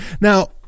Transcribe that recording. Now